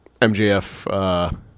MJF